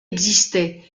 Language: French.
existaient